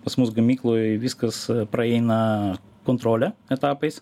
pas mus gamykloj viskas praeina kontrolę etapais